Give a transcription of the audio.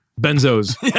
Benzos